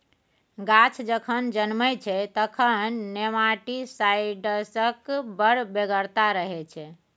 गाछ जखन जनमय छै तखन नेमाटीसाइड्सक बड़ बेगरता रहय छै